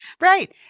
Right